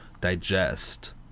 digest